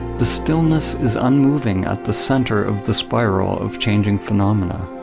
the stillness is unmoving at the center of the spiral of changing phenomena.